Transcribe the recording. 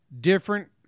Different